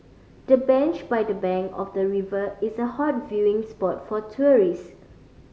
the bench by the bank of the river is a hot viewing spot for tourist